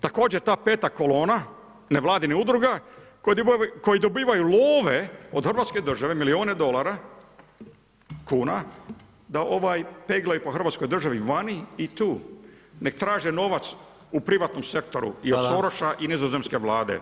Također ta peta kolona nevladinih udruga koji dobivaju love od Hrvatske države, milijune dolara, kuna da peglaju po Hrvatskoj državi vani i tu nek traže novac u privatnom sektoru i od … i od Nizozemske vlade.